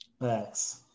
Thanks